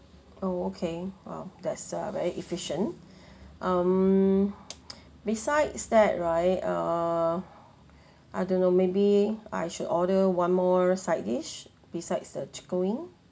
oh okay !wow! that's a very efficient um besides that right err I don't know maybe I should order one more side dish besides the chicken wing